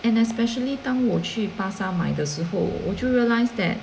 and especially 当我去巴刹买的时候我就是 realise that